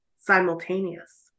simultaneous